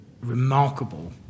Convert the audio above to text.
remarkable